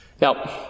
Now